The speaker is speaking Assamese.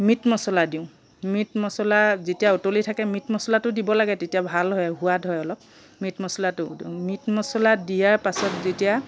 মিট মচলা দিওঁ মিট মচলা যেতিয়া উতলি থাকে মিট মচলাটো দিব লাগে তেতিয়া ভাল হয় সোৱাদ হয় অলপ মিট মচলাটো মিট মচলা দিয়াৰ পাছত যেতিয়া